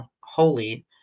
holy